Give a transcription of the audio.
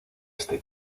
este